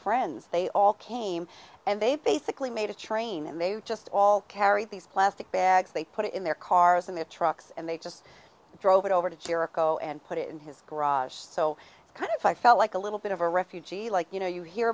friends they all came and they basically made a train and they just all carry these plastic bags they put it in their cars in the trucks and they just drove it over to jericho and put it in his garage so it's kind of i felt like a little bit of a refugee like you know you hear